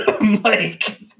Mike